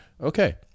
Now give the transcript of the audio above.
Okay